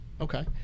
Okay